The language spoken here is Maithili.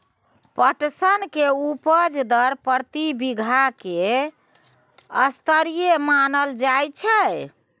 पटसन के उपज दर प्रति बीघा की स्तरीय मानल जायत छै?